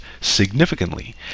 significantly